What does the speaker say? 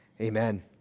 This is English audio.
Amen